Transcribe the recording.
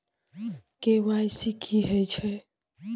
KYC की हय छै?